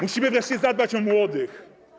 Musimy wreszcie zadbać o młodych.